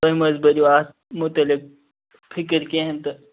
تُہۍ مہ حظ بٔرِو اتھ مُتعلِق فکر کِہیٖنۍ تہِ